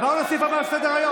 עברנו לסעיף הבא בסדר-היום.